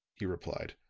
he replied.